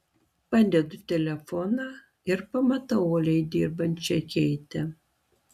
padedu telefoną ir pamatau uoliai dirbančią keitę